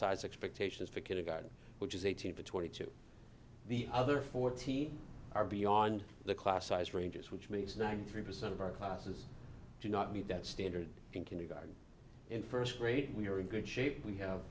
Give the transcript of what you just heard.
size expectations because a garden which is eighteen to twenty two the other fourteen are beyond the class size ranges which means ninety three percent of our classes do not meet that standard in kindergarten in first grade we are in good shape we have